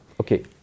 Okay